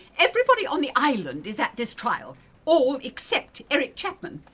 everybody on the island is at this trial all except eric chapman!